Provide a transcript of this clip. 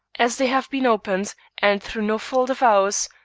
as they have been opened, and through no fault of ours,